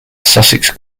sussex